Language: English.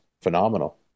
phenomenal